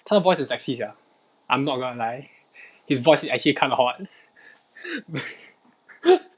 他的 voice 很 sexy sia I'm not gonna lie his voice is actually kind of hot